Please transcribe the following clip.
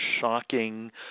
shocking